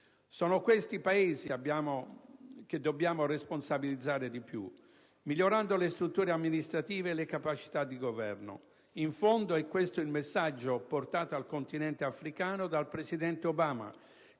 Sono questi Paesi che dobbiamo responsabilizzare di più, migliorando le strutture amministrative e le capacità di governo. In fondo, è questo il messaggio portato al continente africano dal presidente Obama,